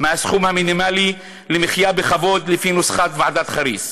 מהסכום המינימלי למחיה בכבוד לפי נוסחת ועדת חריס.